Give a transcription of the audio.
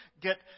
get